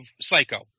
Psycho